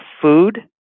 food